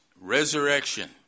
resurrection